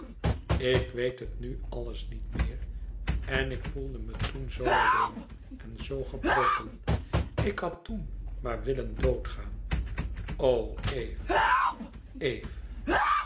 ik weet het nu alles niet meer en ik voelde me toen zoo alleen en zoo gebroken ik had toen maar willen doodgaan o eve eve